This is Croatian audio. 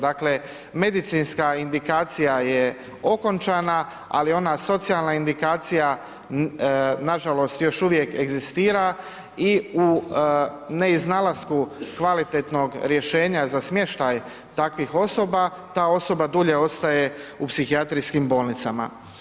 Dakle, medicinska indikacija je okončana, ali ona socijalna indikacija nažalost još uvijek egzistira i u neiznalasku kvalitetnog rješenja za smještaj takvih osoba, ta osoba dulje ostaje u psihijatrijskim bolnicama.